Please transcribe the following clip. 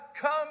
come